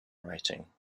writing